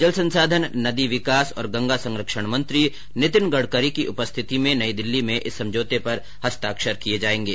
जल संसाधन नदी विकास और गंगा संरक्षण मंत्री नितिन गणकरी की उपस्थिति में नई दिल्ली में इस समझौते पर हस्ताक्षर किये जायेंगे